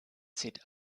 seht